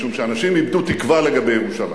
משום שאנשים איבדו תקווה לגבי ירושלים.